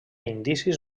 indicis